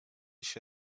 się